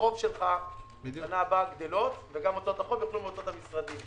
החוב בשנה הבאה גדלות והן יוצאו מהוצאות המשרדים.